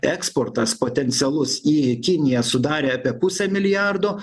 eksportas potencialus į kiniją sudarė apie pusę milijardo